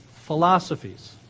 philosophies